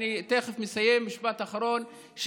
אני תכף מסיים, משפט אחרון.